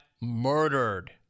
murdered